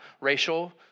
racial